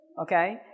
Okay